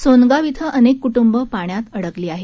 सोनगाव ििं अनेक कुटुंबं पाण्यात अडकली आहेत